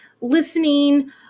listening